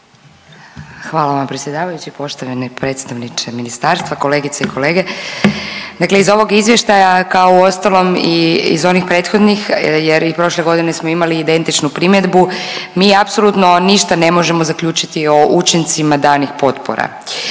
Hvala vam predsjedavajući, poštovani predstavniče Ministarstva, kolegice i kolege. Dakle iz ovog Izvještaja, kao uostalom i iz onih prethodnih jer i prošle godine smo imali identičnu primjedbu, mi apsolutno ništa ne možemo zaključiti o učincima danih potpora.